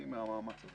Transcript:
מג"ד זה כמעט תמיד צומח